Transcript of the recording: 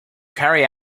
carry